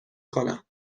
کنم